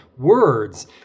words